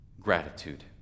gratitude